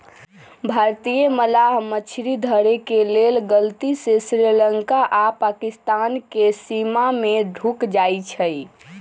भारतीय मलाह मछरी धरे के लेल गलती से श्रीलंका आऽ पाकिस्तानके सीमा में ढुक जाइ छइ